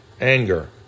anger